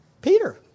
Peter